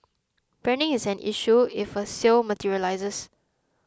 branding is an issue if a sale materialises